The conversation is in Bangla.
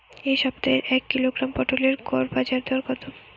এ সপ্তাহের এক কিলোগ্রাম পটলের গড় বাজারে দর কত?